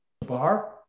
Bar